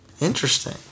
Interesting